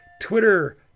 Twitter